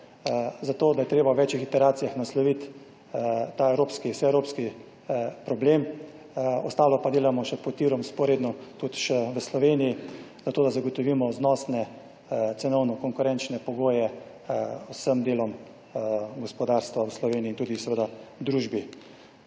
za to, da je treba v več interakcijah nasloviti ta evropski, vseevropski problem. Ostalo pa delamo še pod tirom, vzporedno tudi še v Sloveniji, zato da zagotovimo znosne cenovno konkurenčne pogoje vsem delom gospodarstva v Sloveniji in tudi seveda družbi.